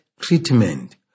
treatment